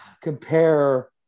compare